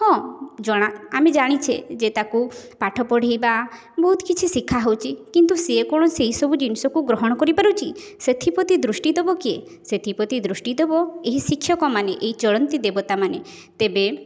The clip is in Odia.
ହଁ ଜଣା ଆମେ ଜାଣିଛେ ଯେ ତାକୁ ପାଠ ପଢ଼େଇବା ବହୁତ କିଛି ଶିଖାହଉଛି କିନ୍ତୁ ସିଏ କ'ଣ ସେଇ ସବୁ ଜିନିଷକୁ ଗ୍ରହଣ କରିପାରୁଛି ସେଥିପ୍ରତି ଦୃଷ୍ଟି ଦେବ କିଏ ସେଥିପ୍ରତି ଦୃଷ୍ଟି ଦେବ ଏହି ଶିକ୍ଷକମାନେ ଏହି ଚଳନ୍ତି ଦେବତାମାନେ ତେବେ